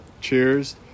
cheers